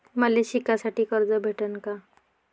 मले शिकासाठी कर्ज भेटन का?